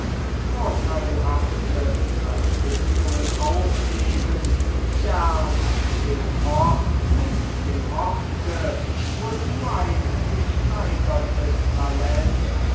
vorteilhafte verbindungen aufgebend gern den ort mit dem orte wozu ein gesteigertes talent